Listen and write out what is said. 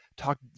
talk